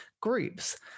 groups